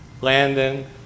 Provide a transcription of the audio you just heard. Landon